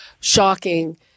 shocking